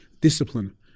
discipline